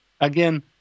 again